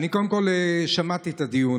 אני שמעתי את הדיון,